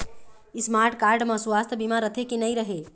Smart card म सुवास्थ बीमा रथे की नई रहे?